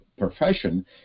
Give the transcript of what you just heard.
profession